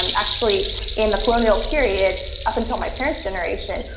um actually in the colonial period, up until my parents' generation,